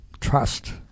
trust